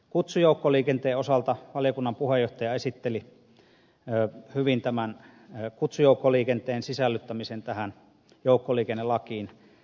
kutsujoukkoliikenteen osalta valiokunnan puheenjohtaja esitteli hyvin tämän kutsujoukkoliikenteen sisällyttämisen tähän joukkoliikennelakiin